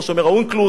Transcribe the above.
כמו שאומר אונקלוס,